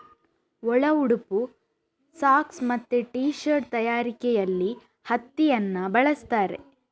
ಒಳ ಉಡುಪು, ಸಾಕ್ಸ್ ಮತ್ತೆ ಟೀ ಶರ್ಟ್ ತಯಾರಿಕೆಯಲ್ಲಿ ಹತ್ತಿಯನ್ನ ಬಳಸ್ತಾರೆ